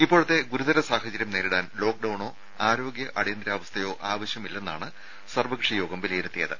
ഇപ്പോഴത്തെ ഗുരുതര സാഹചര്യം നേരിടാൻ ലോക്ഡൌണോ ആരോഗ്യ അടിയന്തരാവസ്ഥയോ ആവശ്യമില്ലെന്നാണ് സർവ്വകക്ഷി യോഗം വിലയിരുത്തിയത്